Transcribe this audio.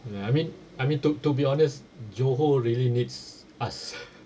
ah I mean I mean to to be honest johor really needs us